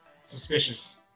suspicious